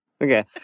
Okay